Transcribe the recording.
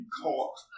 caught